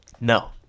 No